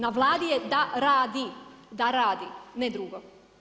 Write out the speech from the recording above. Na Vladi je da radi, da radi, ne drugo.